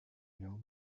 know